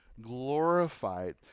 glorified